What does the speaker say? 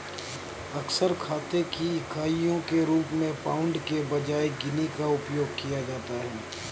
अक्सर खाते की इकाइयों के रूप में पाउंड के बजाय गिनी का उपयोग किया जाता है